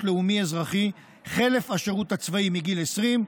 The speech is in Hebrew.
לאומי-אזרחי חלף השירות הצבאי מגיל 20,